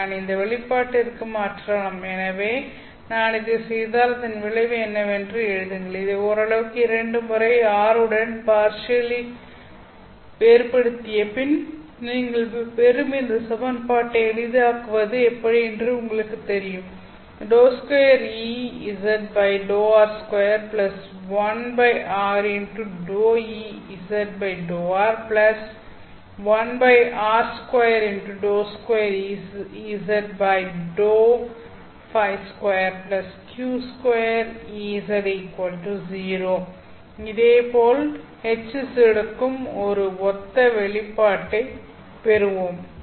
இதை நான் இந்த வெளிப்பாட்டிற்கு மாற்றலாம் எனவே நான் இதைச் செய்தால் அதன் விளைவு என்னவென்று எழுதுங்கள் இதை ஓரளவுக்கு இரண்டு முறை r உடன் பார்ஷியலி வேறுபடுத்திய பின் நீங்கள் பெறும் இந்த சமன்பாட்டை எளிதாக்குவது எப்படி என்று உங்களுக்குத் தெரியும் இதேபோல் Hz க்கும் ஒத்த வெளிப்பாட்டைப் பெறுவோம்